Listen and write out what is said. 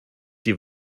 die